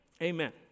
Amen